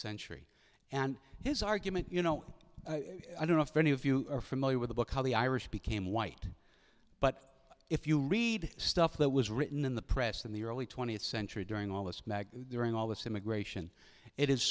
century and his argument you know i don't know if any of you are familiar with the book how the irish became white but if you read stuff that was written in the press in the early twentieth century during all this mag during all this immigration i